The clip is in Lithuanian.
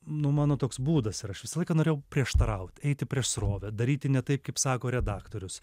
nu mano toks būdas yra aš visą laiką norėjau prieštarauti eiti prieš srovę daryti ne taip kaip sako redaktorius